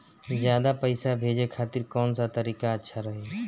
ज्यादा पईसा भेजे खातिर कौन सा तरीका अच्छा रही?